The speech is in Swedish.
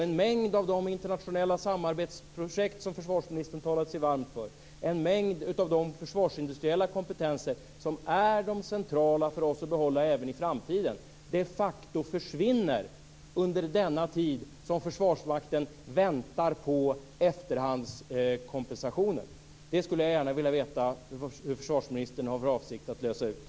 En mängd av de internationella samarbetsprojekt som försvarsministern talat sig varm för, en mängd av de försvarsindustriella kompetenser som är de centrala för oss att behålla även i framtiden, försvinner de facto under denna tid som Försvarsmakten väntar på efterhandskompensationen. Jag vill gärna veta hur försvarsministern har för avsikt att lösa detta.